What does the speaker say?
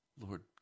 Lord